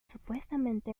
supuestamente